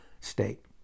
state